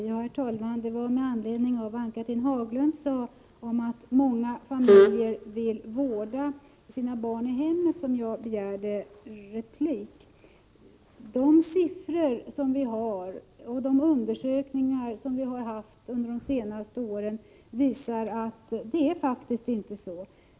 Herr talman! Det var med anledning av vad Ann-Cathrine Haglund sade om att många familjer vill vårda sina barn i hemmet som jag begärde replik. De siffror som vi har och de undersökningar som har gjorts under de senaste åren visar att det faktiskt inte är så.